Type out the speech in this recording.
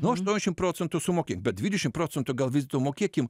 nu aštuoniasdešim procentų sumokėk bet dvidešim procentų gal vis dėlto mokėkim